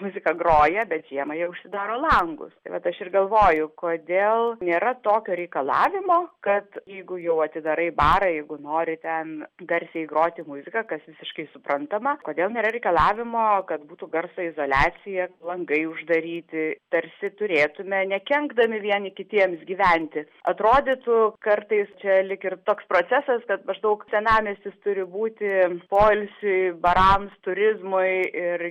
muzika groja bet žiemą jie užsidaro langus tai vat aš ir galvoju kodėl nėra tokio reikalavimo kad jeigu jau atidarai barą jeigu nori ten garsiai groti muziką kas visiškai suprantama kodėl nėra reikalavimo kad būtų garso izoliacija langai uždaryti tarsi turėtume nekenkdami vieni kitiems gyventi atrodytų kartais čia lyg ir toks procesas kad maždaug senamiestis turi būti poilsiui barams turizmui ir